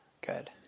good